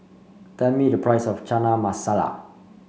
tell me the price of Chana Masala